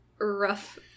rough